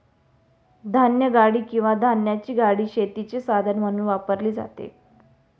धान्यगाडी किंवा धान्याची गाडी शेतीचे साधन म्हणून वापरली जाते